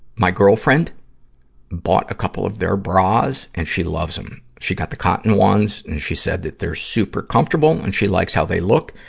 my girlfriend bought a couple of their bras, and she loves them. she go the cotton ones, and she said that they're super comfortable, and she likes how they look.